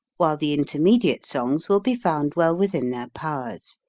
while the intermediate songs will be found well within their powers.